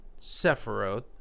Sephiroth